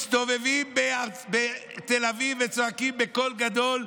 מסתובבים בתל אביב וצועקים בקול גדול: